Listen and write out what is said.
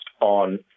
on